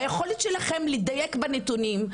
ביכולת שלכן לדייק בנתונים.